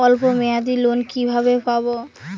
অল্প মেয়াদি লোন কিভাবে পাব?